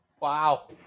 Wow